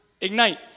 ignite